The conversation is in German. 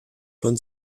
von